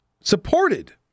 supported